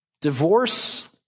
Divorce